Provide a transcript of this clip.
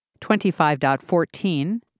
25.14